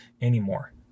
anymore